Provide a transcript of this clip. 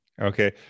okay